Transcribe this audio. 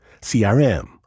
CRM